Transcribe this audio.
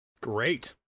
Great